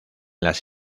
las